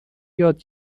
یاد